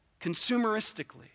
consumeristically